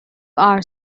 are